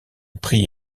prix